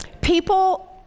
People